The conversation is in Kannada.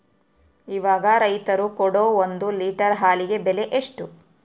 ಇವಾಗ ರೈತರು ಕೊಡೊ ಒಂದು ಲೇಟರ್ ಹಾಲಿಗೆ ಬೆಲೆ ಎಷ್ಟು?